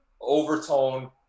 overtone